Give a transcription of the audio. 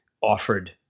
offered